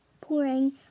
pouring